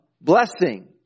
blessing